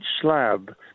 slab